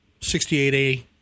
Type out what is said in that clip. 68A